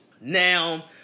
Now